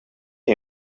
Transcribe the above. him